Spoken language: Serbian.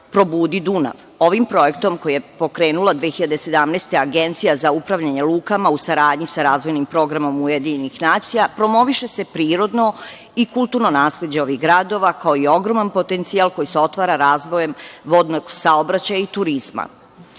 "Probudi Dunav". Ovim projektom koji je pokrenula 2017. godine Agencija za upravljanje lukama u saradnji sa razvojnim programom UN, promoviše se prirodno i kulturno nasleđe ovih gradova, kao i ogroman potencijal koji se otvara razvojem vodnog saobraćaja i turizma,